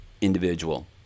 individual